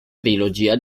trilogia